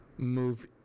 move